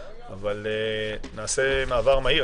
אבל בכל זאת נעשה מעבר מהיר.